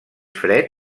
fred